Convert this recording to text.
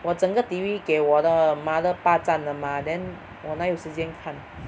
我整个 T_V 给我的 mother 霸占了 mah then 我哪有时间看